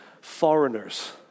foreigners